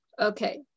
okay